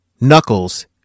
Knuckles